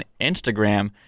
Instagram